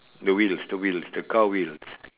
the wheels the wheels the car wheels